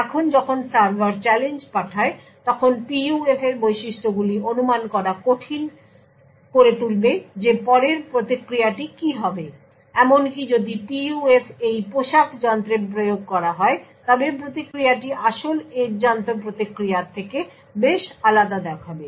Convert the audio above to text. এখন যখন server challenge পাঠায় তখন PUF এর বৈশিষ্ট্যগুলি অনুমান করা কঠিন করে তুলবে যে পরের প্রতিক্রিয়াটি কি হবে এমনকি যদি PUF এই পোশাক যন্ত্রে প্রয়োগ করা হয় তবে প্রতিক্রিয়াটি আসল এজ যন্ত্র প্রতিক্রিয়ার থেকে বেশ আলাদা দেখাবে